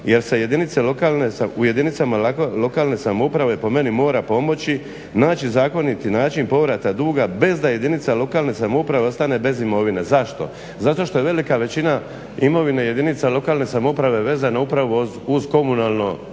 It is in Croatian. se u jedinicama lokalne samouprave po meni mora pomoći naći zakoniti način povrata duga bez da jedinice lokalne samouprave ostane bez imovine. Zašto? Zato što je velika većina imovine jedinica lokalne samouprave vezano upravo uz komunalno